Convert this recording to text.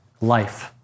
life